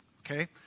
okay